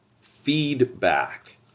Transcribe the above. feedback